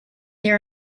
there